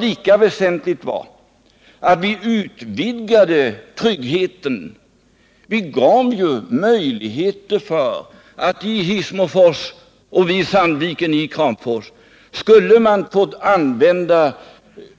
Lika väsentligt var emellertid att vi utvidgade tryggheten och medgav att man i Hissmofors och för Sandvik i Kramfors fick använda